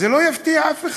זה לא יפתיע אף אחד,